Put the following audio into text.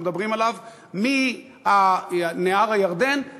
אם הוא לא מכבד את